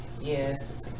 yes